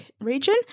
region